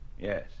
Yes